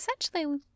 essentially